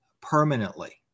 permanently